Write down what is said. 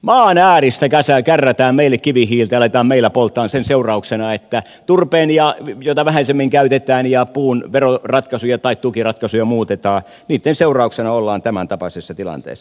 maan ääristä kärrätään meille kivihiiltä ja aletaan meillä polttaa sen seurauksena että turpeen jota vähäisemmin käytetään ja puun veroratkaisuja tai tukiratkaisuja muutetaan niitten seurauksena ollaan tämäntapaisessa tilanteessa